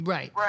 Right